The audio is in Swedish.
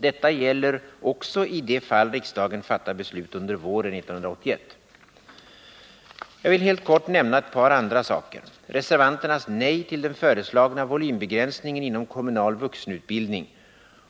Detta gäller också i det fall riksdagen fattar beslut under våren 1981. Jag vill helt kort nämna ett par andra saker: reservanternas nej till den föreslagna volymbegränsningen inom kommunal vuxenutbildning